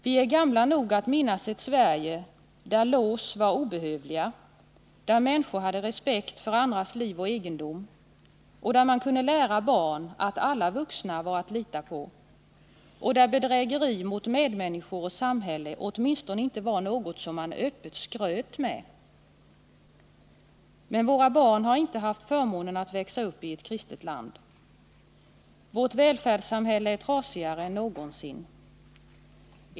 Vi är gamla nog att minnas ett Sverige där lås var obehövliga, där människor hade respekt för andras liv och egendom, där man kunde lära barn att alla vuxna var att lita på och där bedrägeri mot medmänniskor och samhälle åtminstone inte var något man öppet skröt med. Men våra barn har inte haft förmånen att växa upp i ett kristet land. Vårt välfärdssamhälle är trasigare än någonsin.